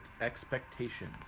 Expectations